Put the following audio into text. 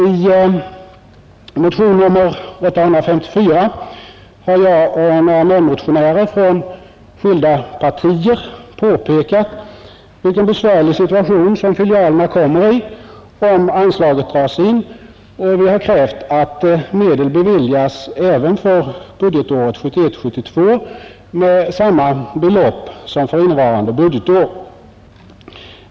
I motion nr 854 har jag och några medmotionärer från skilda partier påpekat vilken besvärlig situation som filialerna kommer i om anslaget dras in och vi har krävt att samma belopp beviljas för budgetåret 1971/72 som för innevarande budgetår.